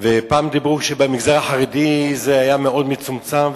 פעם אמרו שבמגזר החרדי זה מאוד מצומצם,